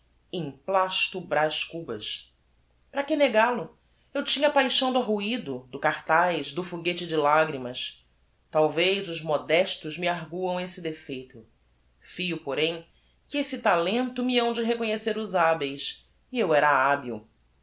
palavras emplasto braz cubas para que negal o eu tinha a paixão do arruido do cartaz do foguete de lagrimas talvez os modestos me arguam esse defeito fio porém que esse talento me hão de reconhecer os habeis e eu era habil